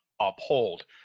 uphold